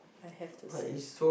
I have to say